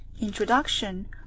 Introduction